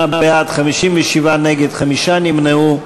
38 בעד, 57 נגד, חמישה נמנעו.